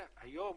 היום